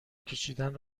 کشیدن